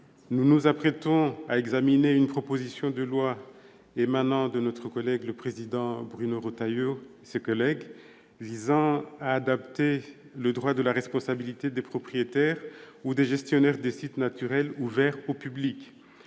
nous nous apprêtons à examiner une proposition de loi émanant du président Bruno Retailleau et de ses collègues et visant à adapter le droit de la responsabilité des propriétaires ou des gestionnaires de sites naturels ouverts au public.